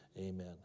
Amen